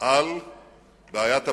על בעיית הפערים,